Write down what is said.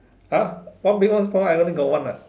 !huh! one big one small I only got one ah